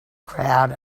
crowd